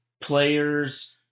players